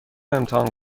امتحان